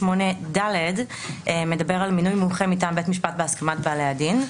88ד מדבר על מינוי מומחה מטעם בית משפט בהסכמת בעלי הדין.